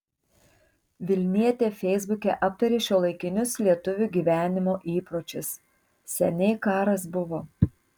vilnietė feisbuke aptarė šiuolaikinius lietuvių gyvenimo įpročius seniai karas buvo